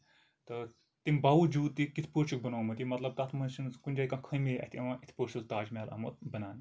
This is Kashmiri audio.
تہ تَمہِ باوجوٗد تہِ کِتھ پٲٹھۍ چھُکھ بَنومُت یہِ مطلب تَتھ منٛز چھُ نہٕ کُنہِ جایہِ کانہہ خٲمی اَتھِ یِوان اِتھ پٲٹھۍ چھُ سُہ تاج محل آمُت بَناونہٕ